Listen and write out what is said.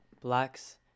blacks